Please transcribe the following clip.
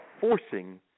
forcing